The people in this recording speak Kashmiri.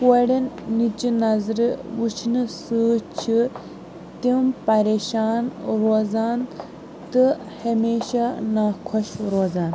کۄرٮ۪ن نِچہِ نظرِ وٕچھنہٕ سۭتۍ چھِ تِم پریشان روزان تہٕ ہمیشہ ناخۄش روزان